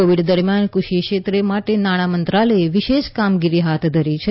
Covid દરમિયાન ફષિ ક્ષેત્ર માટે નાણાં મંત્રાલયે વિશેષ કામગીરી હાથ ધરી છે